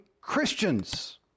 Christians